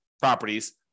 properties